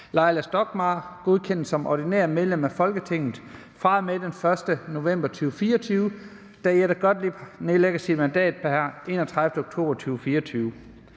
Leila Stockmarr, godkendes som ordinært medlem af Folketinget fra den 1. november 2024, da Jette Gottlieb nedlægger sit mandat pr. 31. oktober 2024.